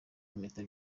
impeta